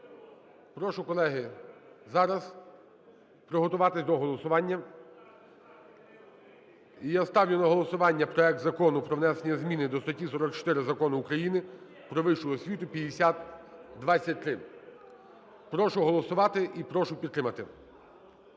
Прошу, колеги, зараз приготуватися до голосування. І я ставлю на голосування Проект Закону про внесення зміни до статті 44 Закону України "Про вищу освіту" (5023). Прошу голосувати і прошу підтримати.